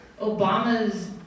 Obama's